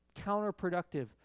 counterproductive